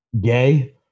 Gay